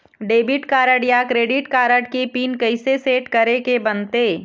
Debit card या credit card के PIN कइसे सेट करे के बनते?